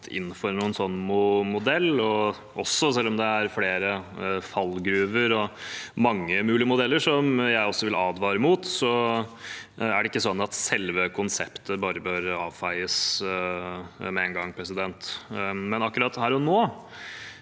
inn for noen sånn modell og det er flere fallgruver og mange mulige modeller jeg også vil advare mot, er det ikke sånn at selve konseptet bare bør avfeies med en gang. Men akkurat her og nå